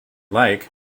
like